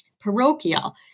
parochial